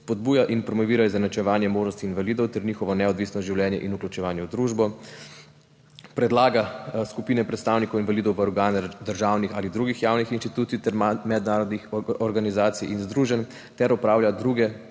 spodbuja in promovira izenačevanje možnosti invalidov ter njihovo neodvisno življenje in vključevanje v družbo, predlaga skupine predstavnikov invalidov v organe državnih ali drugih javnih institucij ter mednarodnih organizacij in združenj ter opravlja druge skupno